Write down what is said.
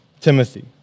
Timothy